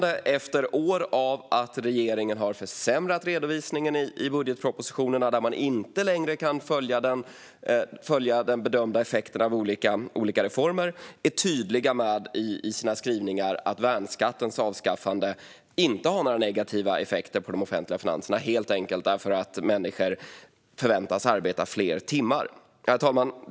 Efter att regeringen år efter år försämrat redovisningen i budgetpropositionerna så att man inte längre kan följa den bedömda effekten av olika reformer är det därför glädjande att man i sina skrivningar är tydlig med att värnskattens avskaffande inte har några negativa effekter på de offentliga finanserna, helt enkelt därför att människor förväntas arbeta fler timmar. Herr talman!